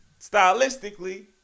Stylistically